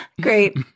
Great